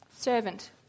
servant